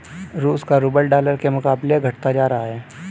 रूस का rouble dollar के मुकाबले घटता जा रहा है